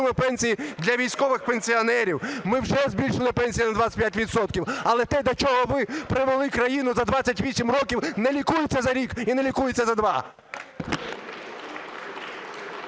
пенсії для військових пенсіонерів, ми вже збільшили пенсії на 25 відсотків. Але те, до чого ви привели країну за 28 років, не лікується за рік і не лікується за два.